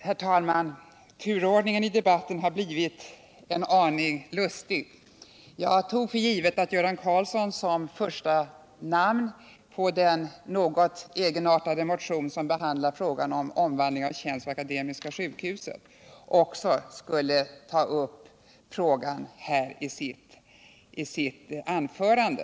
Herr talman! Turordningen i debatten har blivit en aning lustig. Jag tog för givet att Göran Karlsson som första namn på den något egenartade motion som behandlar frågan om omvandling av tjänst vid akademiska sjukhuset också skulle ta upp den i sitt anförande.